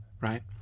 right